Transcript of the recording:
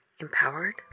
empowered